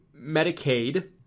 Medicaid